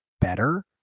better